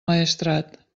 maestrat